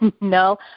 No